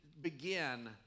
begin